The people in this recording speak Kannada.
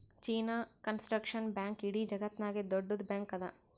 ಚೀನಾ ಕಂಸ್ಟರಕ್ಷನ್ ಬ್ಯಾಂಕ್ ಇಡೀ ಜಗತ್ತನಾಗೆ ದೊಡ್ಡುದ್ ಬ್ಯಾಂಕ್ ಅದಾ